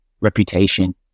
reputation